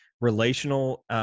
relational